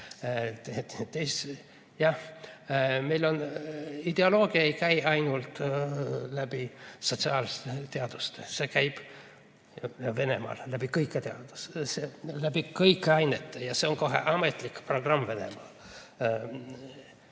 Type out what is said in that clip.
Jah, ideoloogia ei käi ainult läbi sotsiaalteaduste, see käib Venemaal läbi kõigi teaduste, läbi kõigi ainete, see on kohe ametlik programm Venemaal.